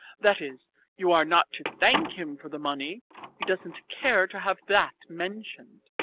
that is you are not to thank him for the money he doesn't care to have that mentioned,